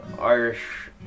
Irish